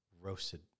roasted